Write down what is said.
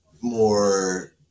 more